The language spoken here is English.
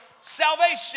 salvation